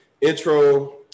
intro